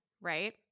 right